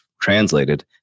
translated